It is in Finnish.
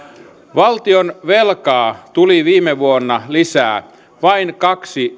valtionvelkaa tuli viime vuonna lisää vain kaksi